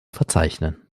verzeichnen